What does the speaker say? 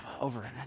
over